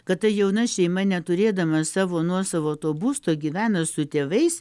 kad ta jauna šeima neturėdama savo nuosavo to būsto gyvena su tėvais